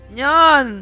Nyan